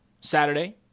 Saturday